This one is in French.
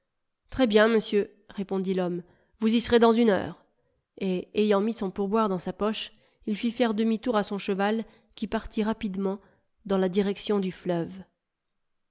très bien monsieur répondit l'homme vous y serez dans une heure et ayant mis son pourboire dans sa poche il fit faire demi-tour à son cheval qui partit rapidement dans la direction du fleuve